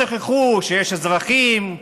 שכחו שיש אזרחים,